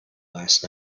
last